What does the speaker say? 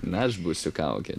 na aš būsiu kaukė